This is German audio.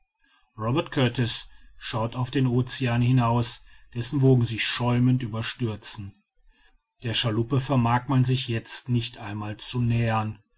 robert kurtis schaut auf den ocean hinaus dessen wogen sich schäumend überstürzen der schaluppe vermag man sich jetzt nicht einmal zu nähern